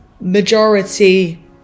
majority